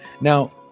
now